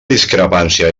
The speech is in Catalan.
discrepància